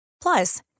Plus